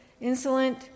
insolent